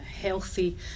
healthy